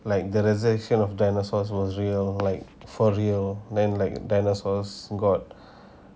like the resignation of dinosaurs was real like for real then like dinosaurs got